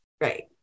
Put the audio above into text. right